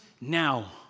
now